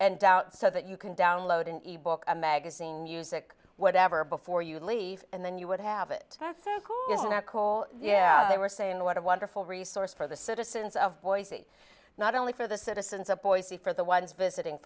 and out so that you can download an e book a magazine using whatever before you leave and then you would have it isn't a call yeah they were saying what a wonderful resource for the citizens of boise not only for the citizens of boise for the ones visiting